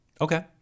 Okay